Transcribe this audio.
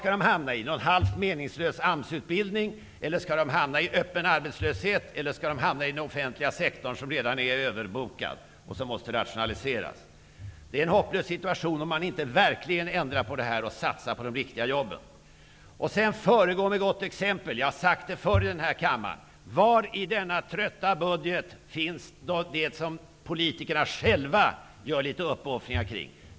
Skall de hamna i någon halvt meningslös AMS-utbildning, i öppen arbetslöshet eller i den offentliga sektorn som redan är överbokad och som måste rationaliseras? Det är en hopplös situation om man inte verkligen ändrar på detta och satsar på de riktiga jobben. När det gäller att föregå med gott exempel har jag tidigare i denna kammare sagt: Var i denna trötta budget finns det som politikerna själva gör litet uppoffringar kring?